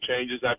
changes